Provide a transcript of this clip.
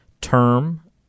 term